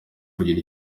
kugira